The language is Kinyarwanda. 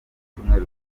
icyumweru